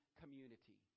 community